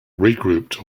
regrouped